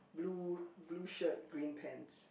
blue blue shirt green pants